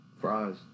fries